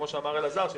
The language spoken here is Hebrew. כפי שאמר אלעזר שטרן,